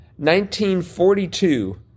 1942